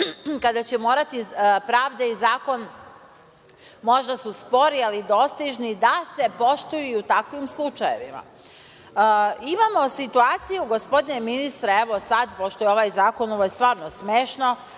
kada će morati pravda i zakon, možda su spori ali dostižni, da se poštuju i u takvim slučajevima. Imamo situaciju, gospodine ministre, evo, sad pošto je ovaj zakon, ovo je stvarno smešno,